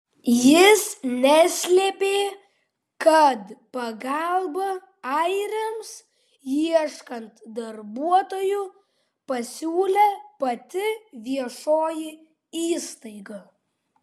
jis neslėpė kad pagalbą airiams ieškant darbuotojų pasiūlė pati viešoji įstaiga